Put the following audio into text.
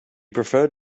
preferred